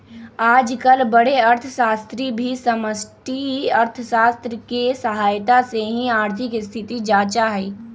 आजकल बडे अर्थशास्त्री भी समष्टि अर्थशास्त्र के सहायता से ही आर्थिक स्थिति जांचा हई